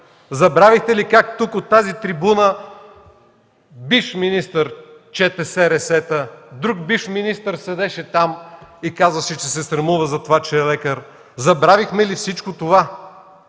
Забравихте ли как тук, от тази трибуна бивш министър чете СРС-та, друг бивш министър седеше там и казваше, че се срамува за това, че е лекар. Забравихме ли всичко това?!